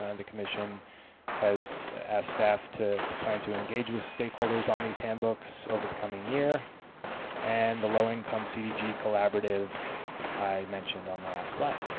and the commission has asked staff to to plan to engage with stakeholders on these handbooks over the coming year and the low income cdg collaborative i mentioned on the last slide.